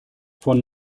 von